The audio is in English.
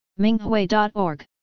Minghui.org